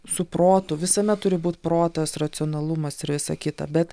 su protu visame turi būt protas racionalumas ir visa kita bet